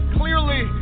clearly